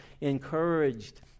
encouraged